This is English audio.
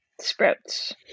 Sprouts